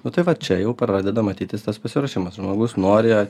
nu tai va čia jau pradeda matytis tas pasiruošimas žmogus nori